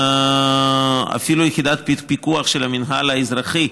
אפילו ליחידת הפיקוח של המינהל האזרחי,